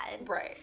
Right